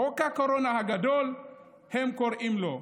חוק הקורונה הגדול הם קוראים לו.